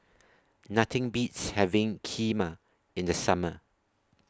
Nothing Beats having Kheema in The Summer